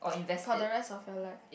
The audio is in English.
for the rest of your life